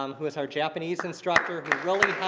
um who is our japanese instructor, who really